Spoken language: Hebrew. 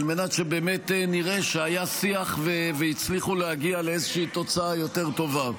מנת שבאמת נראה שהיה שיח והצליחו להגיע לאיזושהי תוצאה יותר טובה.